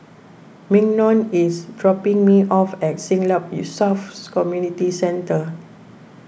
Mignon is dropping me off at Siglap you selves Community Centre